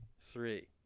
three